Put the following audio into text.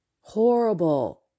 Horrible